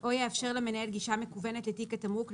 או יאפשר למנהל גישה מקוונת לתיק התמרוק,